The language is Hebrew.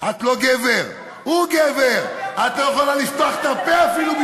למה אתה לא מגיע לוועדה למעמד האישה?